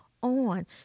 on